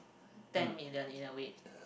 ten million in a way